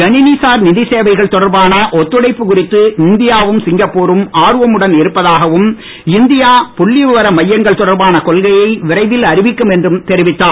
கணிணிசார் நிதிச்சேவைகள் தொடர்பான ஒத்தழைப்பு குறித்து இந்தியாவும் சிங்கப்புரும் ஆர்வமுடன் இருப்பதாகவும் இந்தியா புள்ளி விவரங்கள் தொடர்பான கொள்கையை மையங்கள் விரைவில் அறிவிக்கும் என்றும் தெரிவித்தார்